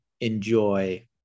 enjoy